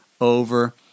over